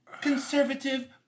conservative